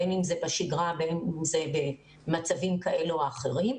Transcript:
בין אם זה בשגרה ובין אם זה במצבים כאלה או אחרים.